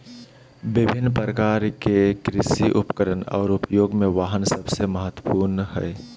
विभिन्न प्रकार के कृषि उपकरण और उपयोग में वाहन सबसे महत्वपूर्ण हइ